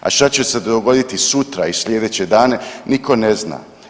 A šta će se dogoditi sutra i slijedeće dane nitko ne zna.